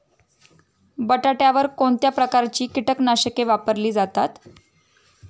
बटाट्यावर कोणत्या प्रकारची कीटकनाशके वापरली जातात?